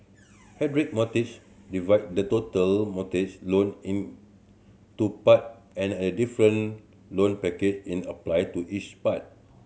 hybrid mortgage divide the total mortgage loan into part and a different loan package in applied to each part